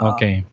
Okay